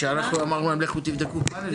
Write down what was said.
כשאנחנו אמרנו להם שיילכו לבדוק פאנלים.